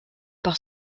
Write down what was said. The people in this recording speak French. par